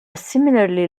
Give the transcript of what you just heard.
similarly